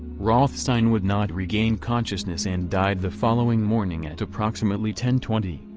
rothstein would not regain consciousness and died the following morning at approximately ten twenty,